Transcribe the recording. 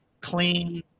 clean